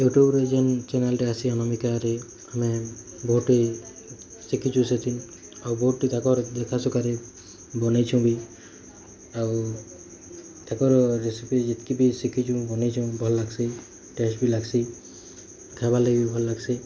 ୟୁଟ୍ୟୁବ୍ରେ ଯିନ୍ ଚ୍ୟାନେଲ୍ଟା ଆସି ଅନାମିକାରେ ଆମେ ବହୁଟି ଶିଖିଛୁ ସେଇଠି ଆଉ ବହୁଟି ତାଙ୍କର ଦେଖା ସଖାରେ ବନେଇଛୁଁ ବି ଆଉ ତାଙ୍କର ରେସିପି ଯେତିକି ବି ଶିଖିଛୁ ବନେଇଛୁଁ ଭଲ୍ ଲାଗ୍ସି ଟେଷ୍ଟ୍ ବି ଲାଗ୍ସି ଖାଇବା ଲାଗି ଭଲ୍ ଲାଗ୍ସି